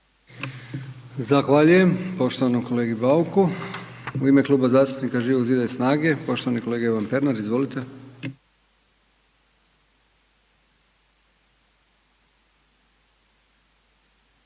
Zahvaljujem poštovanom kolegi Bauku. U ime Kluba zastupnika Živog zida i SNAGE poštovani kolega Ivan Pernar, izvolite.